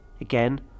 Again